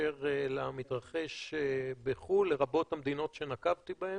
באשר למתרחש בחו"ל, לרבות המדינות שנקבתי בהן.